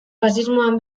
faxismoan